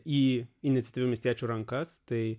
į iniciatyvių miestiečių rankas tai